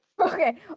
Okay